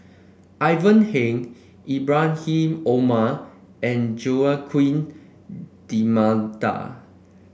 Ivan Heng Ibrahim Omar and Joaquim D'Almeida